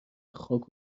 خاک